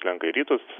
slenka į rytus